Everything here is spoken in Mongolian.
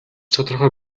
тодорхой